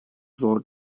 zor